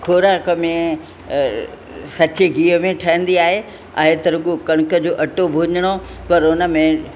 खोराक में सचे गिह में ठहंदी आहे ऐं हिते रुॻो कणक जो अटो भुञिणो पर उन में